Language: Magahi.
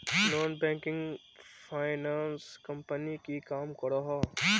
नॉन बैंकिंग फाइनांस कंपनी की काम करोहो?